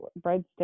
breadsticks